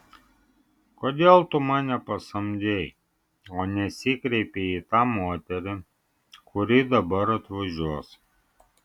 kodėl tu mane pasamdei o nesikreipei į tą moterį kuri dabar atvažiuos